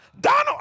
Donald